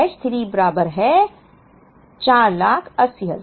H 3 बराबर है 480000